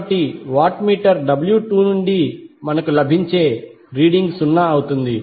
కాబట్టి watt meter W 2 నుండి మనకు లభించే రీడింగ్ 0 అవుతుంది